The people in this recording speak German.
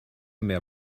mehr